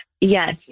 Yes